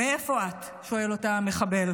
"מאיפה את?", שואל אותה המחבל.